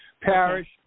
parish